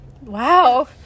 Wow